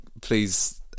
please